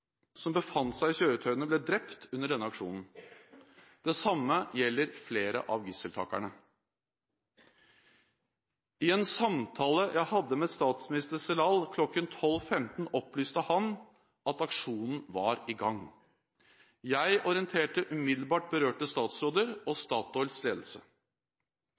som befant seg i kjøretøyene, ble drept under denne aksjonen. Det samme gjelder flere av gisseltakerne. I en samtale jeg hadde med statsminister Sellal kl. 12.15 opplyste han at aksjonen var i gang. Jeg orienterte umiddelbart berørte statsråder og Statoils ledelse.